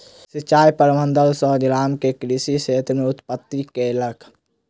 सिचाई प्रबंधन सॅ गाम में कृषि क्षेत्र उन्नति केलक